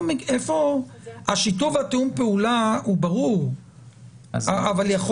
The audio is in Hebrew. שיתוף הפעולה והתיאום הוא ברור אבל יכול